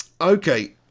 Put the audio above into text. Okay